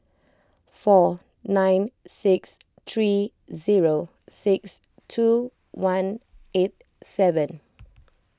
four nine six three zero six two one eight seven